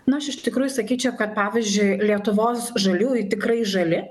na aš iš tikrųjų sakyčiau kad pavyzdžiui lietuvos žaliųjų tikrai žali